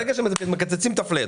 ברגע שמקצצים את ה-פלט,